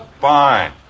fine